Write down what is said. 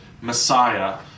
messiah